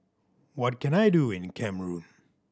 what can I do in Cameroon